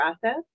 process